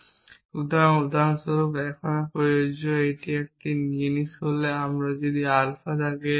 সুতরাং উদাহরণস্বরূপ এখনও প্রযোজ্য এটি এখনও একই জিনিস বলে যে আমাদের যদি আলফা থাকে